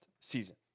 season